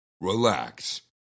relax